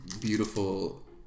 beautiful